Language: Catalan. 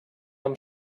amb